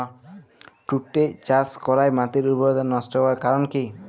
তুতে চাষ করাই মাটির উর্বরতা নষ্ট হওয়ার কারণ কি?